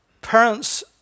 parents